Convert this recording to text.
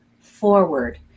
forward